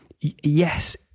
yes